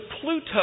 Pluto